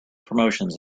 promotions